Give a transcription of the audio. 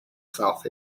south